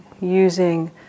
using